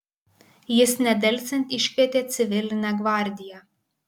jis nedelsiant iškvietė civilinę gvardiją